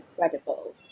incredible